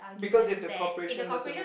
because if the corporation doesn't rake